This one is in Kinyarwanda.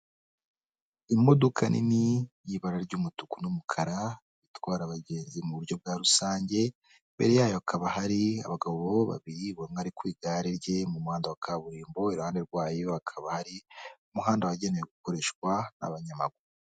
Imodoka nini y'ibara ry'umutuku n'umukara, itwara abagenzi mu buryo bwa rusange, imbere yayo hakaba hari abagabo babiri ba ku igare rye mu muhanda wa kaburimbo, iruhande rwayo hakaba hari umuhanda wagenewe gukoreshwa n'abanyamaguru.